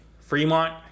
Fremont